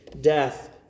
death